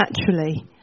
naturally